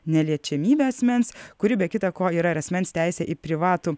neliečiamybę asmens kuri be kita ko yra ir asmens teisė į privatų